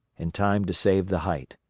in time to save the height.